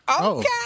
Okay